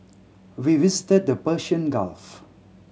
we visited the Persian Gulf